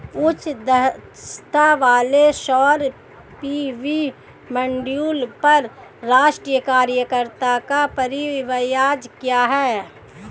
उच्च दक्षता वाले सौर पी.वी मॉड्यूल पर राष्ट्रीय कार्यक्रम का परिव्यय क्या है?